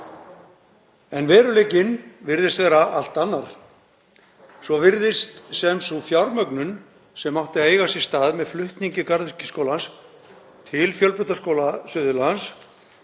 en veruleikinn virðist vera allt annar. Svo virðist sem sú fjármögnun sem átti að eiga sér stað með flutningi Garðyrkjuskólans til Fjölbrautaskóla Suðurlands